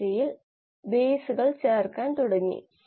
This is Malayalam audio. നിങ്ങളുടെ റഫറൻസുകളുടെ പട്ടികയിലും ഇത് നൽകിയിട്ടുണ്ട്